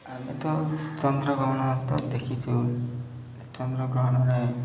ଆମେ ତ ଚନ୍ଦ୍ରଗ୍ରହଣ ତ ଦେଖିଛୁ ଚନ୍ଦ୍ରଗ୍ରହଣରେ